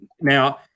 Now